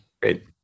Great